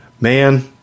man